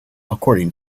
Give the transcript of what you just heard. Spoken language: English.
according